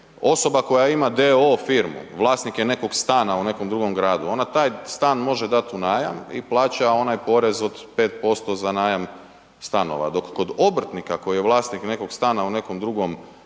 osoba koja ima d.o.o. firmu, vlasnik je nekog stana u nekom drugom gradu, ona taj stan može dat u najam i plaća onaj porez od 5% za najam stanova dok kod obrtnika koji je vlasnik nekog stana u nekom drugom gradu,